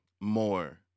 more